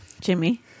Jimmy